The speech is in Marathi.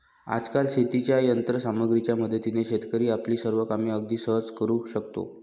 आजकाल शेतीच्या यंत्र सामग्रीच्या मदतीने शेतकरी आपली सर्व कामे अगदी सहज करू शकतो